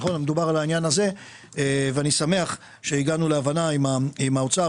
אני שמח שהגענו להבנה עם האוצר,